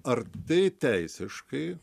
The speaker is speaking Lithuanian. ar tai teisiškai